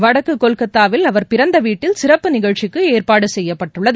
வடக்கு கொல்கத்தாவில் அவர் பிறந்த வீட்டில் சிறப்பு நிகழ்ச்சிக்கு ஏற்பாடு செய்யப்பட்டுள்ளது